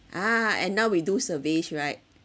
ah and now we do surveys right